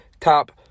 Top